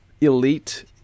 elite